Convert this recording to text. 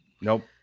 nope